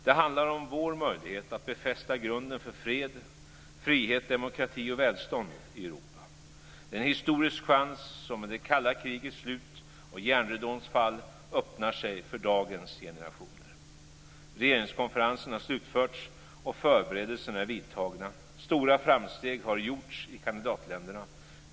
Det handlar om vår möjlighet att befästa grunden för fred, frihet, demokrati och välstånd i Europa. Det är en historisk chans som med det kalla krigets slut och järnridåns fall öppnar sig för dagens generationer. Regeringskonferensen har slutförts och förberedelserna är vidtagna. Stora framsteg har gjorts i kandidatländerna.